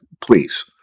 please